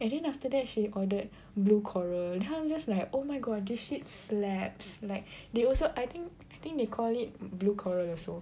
and then after that she ordered blue coral then I was just like oh my god this shit slaps like they also I think I think they call it blue coral also